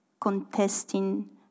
contesting